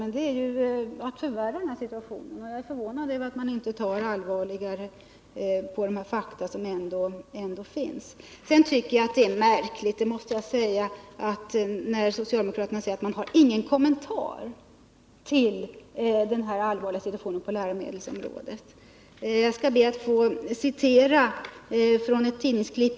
Men det är ju att förvärra situationen, och jag är förvånad över att man inte tar allvarligare på de fakta som ändå finns. Det är märkligt när man från socialdemokraternas sida säger att man inte har någon kommentar till den allvarliga situationen på läromedelsområdet. Jag skall be att få citera från ett tidningsklipp.